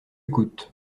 coûte